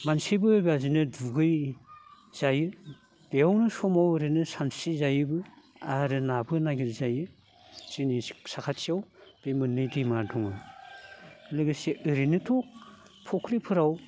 मानसिबो बेबादिनो दुगैजायो बेयावनो समाव ओरैनो सानस्रि जायोबो आरो नाबो नायगिर जायो जोंनि साखाथियाव बे मोननै दैमा दङ लोगोसे ओरैनोथ' फुख्रिफोराव